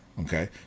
Okay